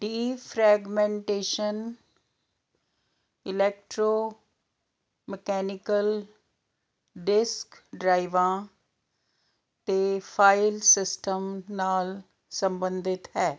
defragmentation electromechanical disk ਡਰਾਈਵਾਂ 'ਤੇ file system ਨਾਲ ਸੰਬੰਧਿਤ ਹੈ